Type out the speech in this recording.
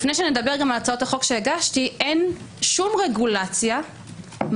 לפני שאדבר על הצעות החוק שהגשתי אין שום רגולציה אפילו